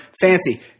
Fancy